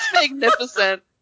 magnificent